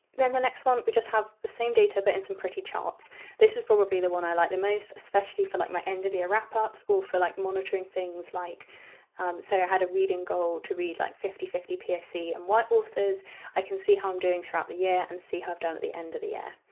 then the next one we just have the same data but in some pretty charts this is probably the one i like the most especially for like my end of year wrap ups or for like monitoring things. like so i had a reading goal to read like fifty fifty poc and white authors i can see how i'm doing throughout the year and see how i've done at the end of the year.